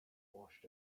washed